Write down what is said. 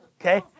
Okay